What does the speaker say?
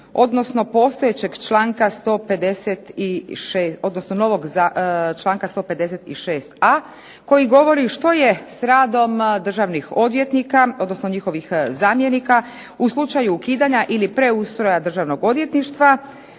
odnosno novog članka 156.a koji govori što je s radom državnih odvjetnika odnosno njihovih zamjenika u slučaju ukidanja ili preustroja Državnog odvjetništva,